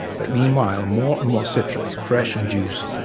but meanwhile more and more citrus, fresh and juiced,